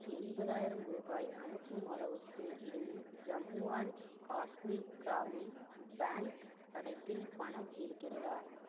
எண்பதாயிரம் ரூபாய் அனுப்பும் அளவுக்கு என் ஜம்மு அண்ட் காஷ்மீர் கிராமின் பேங்க் கணக்கில் பணம் இருக்கிறதா